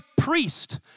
priest